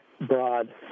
broad